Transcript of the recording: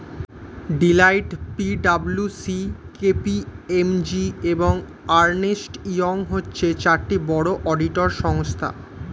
Deloitte, P W C, K P M G, এবং Ernst Young হচ্ছে চারটি বড় অডিটর সংস্থা